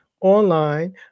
online